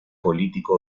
político